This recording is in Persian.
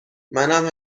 منم